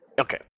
Okay